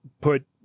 put